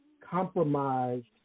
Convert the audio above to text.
compromised